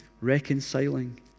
reconciling